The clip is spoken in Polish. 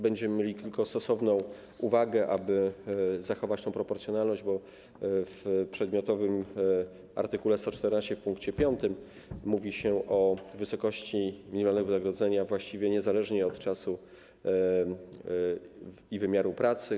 Będziemy mieli tylko stosowną uwagę, aby zachować proporcjonalność, bo w przedmiotowym art. 114 pkt 5 mówi się o wysokości minimalnego wynagrodzenia niezależnie od czasu i wymiaru pracy.